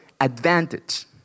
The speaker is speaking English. advantage